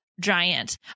giant